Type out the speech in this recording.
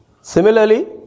Similarly